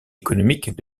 économiques